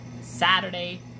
Saturday